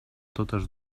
totes